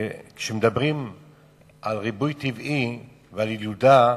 כשמדברים על ריבוי טבעי ועל ילודה,